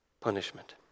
punishment